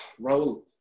Raul